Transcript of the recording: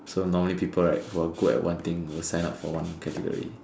so normally people right who are good at one thing will sign up for one category